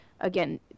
Again